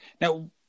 Now